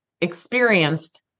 experienced